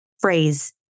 phrase